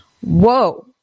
Whoa